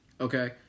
Okay